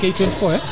K24